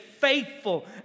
faithful